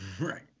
right